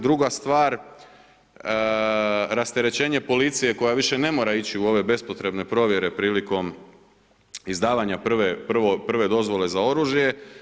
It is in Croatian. Druga stvar rasterećenje policije koja više ne mora ići u ove bespotrebne provjere priliko izdavanja prve dozvole za oružje.